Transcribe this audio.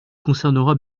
concernera